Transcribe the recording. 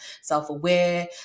self-aware